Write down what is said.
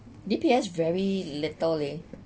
D_P_S very little leh